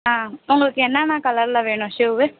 ஆ உங்களுக்கு என்னான்ன கலரில் வேணும் ஷூவு